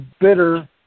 bitter